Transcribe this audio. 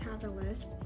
catalyst